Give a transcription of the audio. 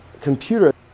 computer